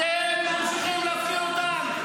אתם ממשיכים להפקיר אותם.